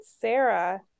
Sarah